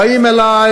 באים אלי